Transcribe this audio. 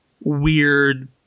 weird